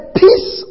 peace